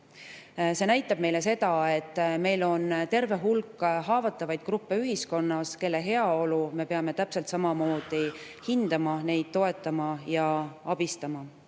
See näitab meile seda, et meil on ühiskonnas terve hulk haavatavaid gruppe, kelle heaolu me peame täpselt samamoodi hindama, neid toetama ja abistama.